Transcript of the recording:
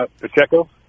Pacheco